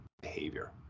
behavior